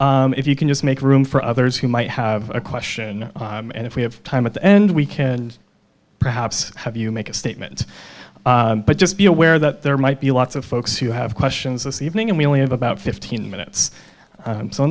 statement if you can just make room for others who might have a question and if we have time at the end we can perhaps have you make a statement but just be aware that there might be lots of folks who have questions this evening and we only have about fifteen minutes